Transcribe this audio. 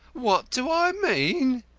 what do i mean?